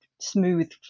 smooth